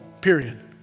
period